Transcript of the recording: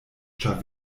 ĉar